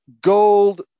gold